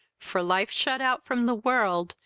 for life shut out from the world,